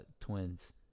twins